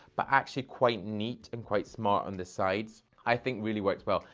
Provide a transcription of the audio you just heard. but actually quite neat and quite smart on the sides, i think really works well.